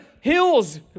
hills